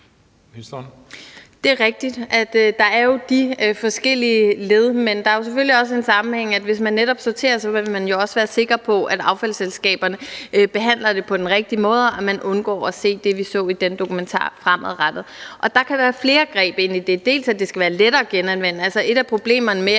Det er rigtigt, at der jo er de forskellige led, men der er selvfølgelig også en sammenhæng: Hvis man netop sorterer, vil man også være sikker på, at affaldsselskaberne behandler det på den rigtige måde, og at man undgår at se det, vi så i den dokumentar, fremadrettet. Der kan være flere greb i det, bl.a. at det skal være lettere at genanvende. Et af problemerne med